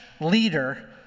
leader